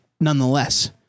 nonetheless